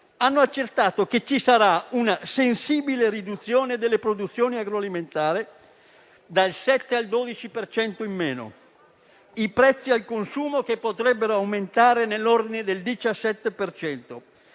ha accertato che ci sarà una sensibile riduzione delle produzioni agroalimentari (dal 7 al 12 per cento in meno), che i prezzi al consumo potrebbero aumentare nell'ordine del 17